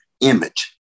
image